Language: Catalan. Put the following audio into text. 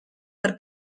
per